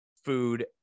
food